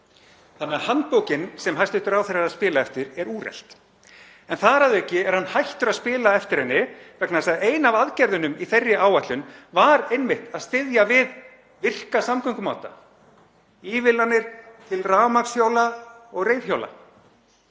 Handbókin sem hæstv. ráðherra er að spila eftir er því úrelt en þar að auki er hann hættur að spila eftir henni vegna þess að ein af aðgerðunum í þeirri áætlun var einmitt að styðja við virka samgöngumáta; ívilnanir til rafmagnshjóla og reiðhjóla.